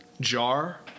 jar